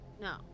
No